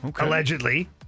allegedly